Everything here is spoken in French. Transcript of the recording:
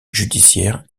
judiciaires